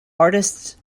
artist